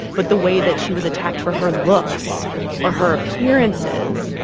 but the way that she was attacked for her looks or her appearances.